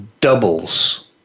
doubles